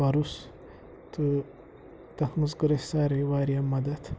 پرُس تہٕ تَتھ منٛز کٔر اسہِ ساروٕے واریاہ مدتھ